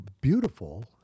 beautiful